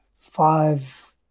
five